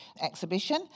exhibition